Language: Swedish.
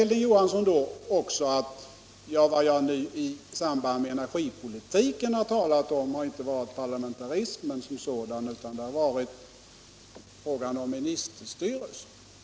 Hilding Johansson säger vidare att vad han i samband med energipolitiken har talat om inte har varit parlamentarismen som sådan, utan det har varit frågan om ministerstyre.